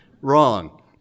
Wrong